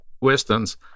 westerns